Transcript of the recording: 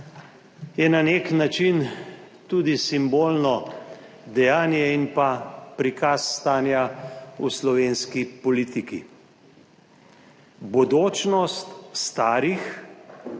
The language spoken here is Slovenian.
je na nek način tudi simbolno dejanje in pa prikaz stanja v slovenski politiki. Bodočnost starih